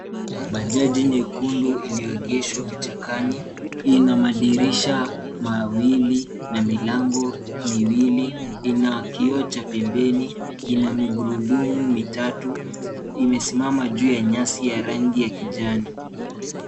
Bajaji nyekundu iliyoegeshwa vichakani. Ina madirisha mawili na milango miwili, ina kioo cha pembeni, ina migurudumu mitatu na imesimama juu ya nyasi ya rangi ya kijani.